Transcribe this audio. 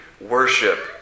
worship